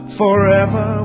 forever